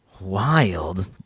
wild